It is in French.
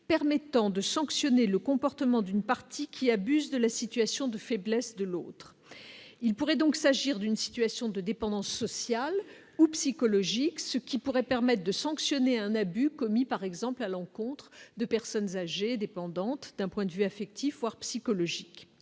permettant de sanctionner le comportement d'une partie qui abusent de la situation de faiblesse de l'autre, il pourrait donc s'agir d'une situation de dépendance sociale ou psychologique, ce qui pourrait permettre de sanctionner un abus commis par exemple à l'encontre de personnes âgées dépendantes d'un point de vue affectif, voire psychologique